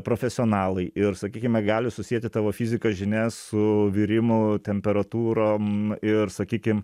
profesionalai ir sakykime gali susieti tavo fizikas žinias su virimu temperatūrom ir sakykim